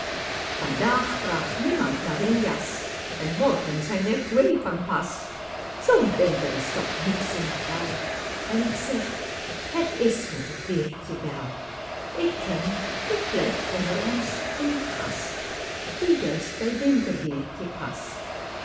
vandaag vraagt niemand naar een jas en morgen zijn er twee vanpas zoo'n winter is toch niets in tel en k zeg het is me t weertje wel ik ken t blijft onder ons een gast die juist bij t winterweertje past